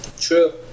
True